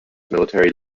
military